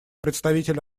представитель